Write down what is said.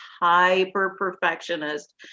hyper-perfectionist